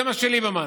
זה ליברמן.